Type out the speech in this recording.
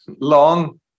long